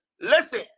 Listen